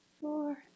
four